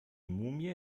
mumie